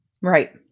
Right